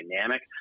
dynamic